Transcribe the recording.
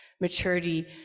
maturity